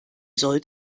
soll